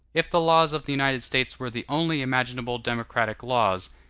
if the laws of the united states were the only imaginable democratic laws,